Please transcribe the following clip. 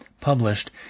published